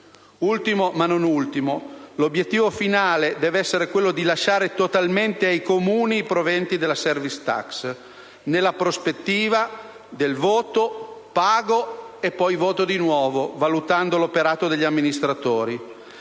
Ultimo, ma non ultimo, l'obiettivo finale deve essere quello di lasciare totalmente ai Comuni i proventi della *service tax* nella prospettiva del «voto, vedo, pago e poi voto di nuovo», valutando l'operato degli amministratori.